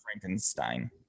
frankenstein